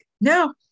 No